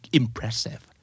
impressive